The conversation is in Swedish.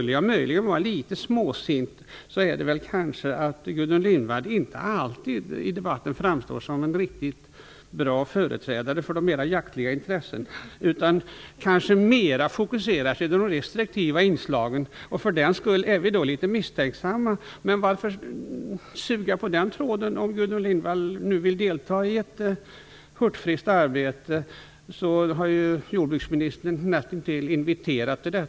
Om jag möjligen skulle vara litet småsint kunde jag kanske säga att Gudrun Lindvall inte alltid i debatten framstår som en riktigt bra företrädare för de mera jaktliga intressena utan kanske mera som den som fokuserar på de mera restriktiva inslagen. Därför är vi litet misstänksamma. Men varför suga på den tråden? Om nu Gudrun Lindvall vill delta i ett hurtfriskt arbete har ju jordbruksministern nästintill inviterat till det.